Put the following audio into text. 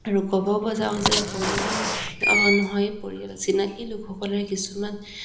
আৰু যাওঁ যে পৰিয়ালৰ নহয় পৰিয়াল চিনাকি লোকসকলে কিছুমান